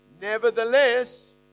Nevertheless